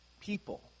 people